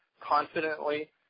confidently